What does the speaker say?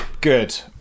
Good